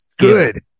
Good